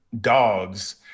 dogs